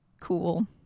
cool